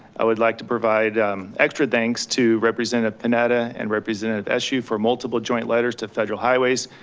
i would like to provide extra thanks to representative panetta and representative eshoo for multiple joint letters to federal highways,